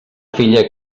filla